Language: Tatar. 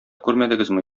күрмәдегезме